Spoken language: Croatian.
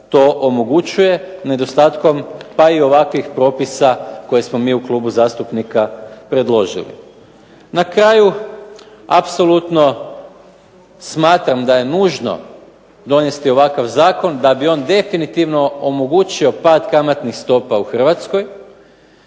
to omogućuje nedostatkom pa i ovakvih propisa koje smo mi u klubu zastupnika predložili. Na kraju apsolutno smatram da je nužno donesti ovakav zakon da bi on definitivno omogućio pad kamatnih stopa u Hrvatskoj.